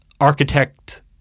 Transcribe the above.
architect